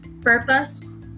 purpose